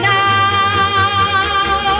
now